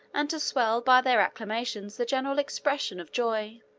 and to swell by their acclamations the general expression of joy.